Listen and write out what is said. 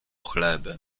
chleby